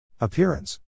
appearance